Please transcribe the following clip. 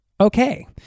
okay